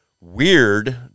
weird